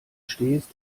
stehst